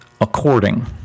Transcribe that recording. According